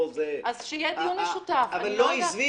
אז שיהיה דיון משותף, אני לא יודעת.